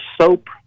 soap